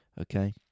okay